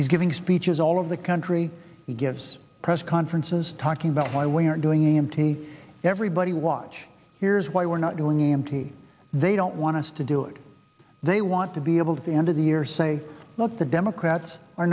he's giving speeches all of the country gives press conferences talking about why we're doing a m t everybody watch here's why we're not doing anti they don't want us to do it they want to be able to the end of the year say look the democrats are